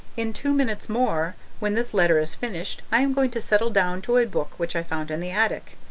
in two minutes more when this letter is finished i am going to settle down to a book which i found in the attic.